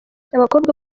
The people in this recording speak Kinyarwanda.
abakobwa